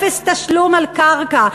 אפס תשלום על קרקע.